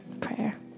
prayer